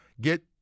get